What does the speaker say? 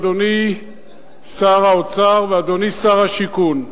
אדוני שר האוצר ואדוני שר השיכון,